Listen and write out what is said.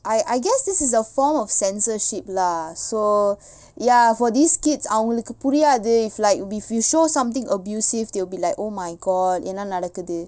I I guess this is a form of censorship lah so ya for these kids அவங்களுக்கு புரியாது:avangalukku puriyaathu if like if you show something abusive they'll be like oh my god என்னா நடக்குது:ennaa nadakkuthu